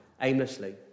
aimlessly